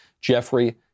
Jeffrey